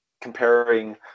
comparing